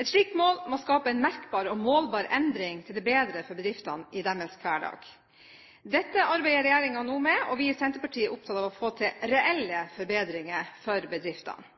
Et slikt mål må skape en merkbar og målbar endring til det bedre for bedriftene i deres hverdag. Dette arbeider regjeringen nå med, og vi i Senterpartiet er opptatt av å få til reelle forbedringer for bedriftene.